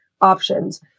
options